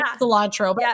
cilantro